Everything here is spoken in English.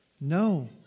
No